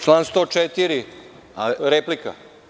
Član 104, replika.